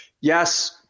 yes